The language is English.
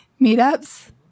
meetups